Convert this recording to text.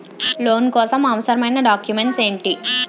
Loan కోసం అవసరమైన documents ఎంటి?